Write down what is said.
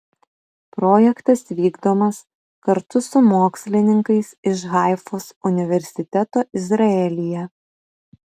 projektas vykdomas kartu su mokslininkais iš haifos universiteto izraelyje